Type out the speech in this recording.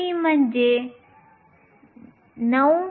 me म्हणजे 9